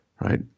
right